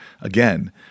again